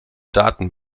daten